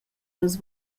las